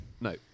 No